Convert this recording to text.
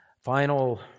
Final